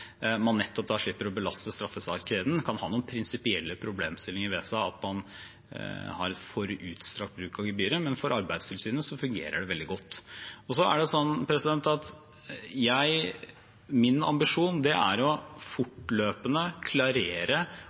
man da slipper å belaste straffesakskjeden. Det kan ha noen prinsipielle problemstillinger ved seg at man har en for utstrakt bruk av gebyrer, men for Arbeidstilsynet fungerer det veldig godt. Min ambisjon er fortløpende å klarere og levere tiltak for å bekjempe arbeidslivskriminalitet og useriøse aktører i norsk arbeidsliv. Hvorfor det? Jo, fordi det er